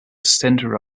center